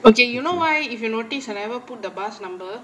okay you know why if you notice I never put the bus number